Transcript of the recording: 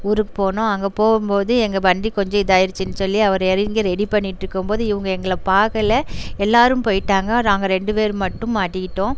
ஊருக்கு போனோம் அங்கே போகும்போது எங்கள் வண்டி கொஞ்சம் இதாகிடுச்சின்னு சொல்லி அவர் இறங்கி ரெடி பண்ணிட்டுருக்கும்போது இவங்க எங்களை பார்க்கல எல்லோரும் போய்ட்டாங்க நாங்கள் ரெண்டு பேரும் மட்டும் மாட்டிக்கிட்டோம்